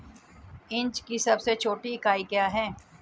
Inch की सबसे छोटी इकाई क्या है?